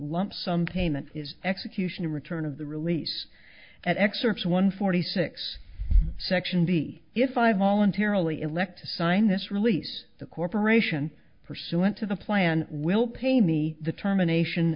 lump sum payment is execution in return of the release at excerpts one forty six section b if i voluntarily elect to sign this release the corporation pursuant to the plan will pay me the termination